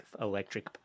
Electric